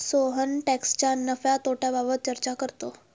सोहन टॅक्सच्या नफ्या तोट्याबाबत चर्चा करतो